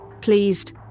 pleased